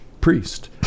priest